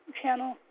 channel